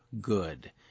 good